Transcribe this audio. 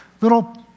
little